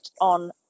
on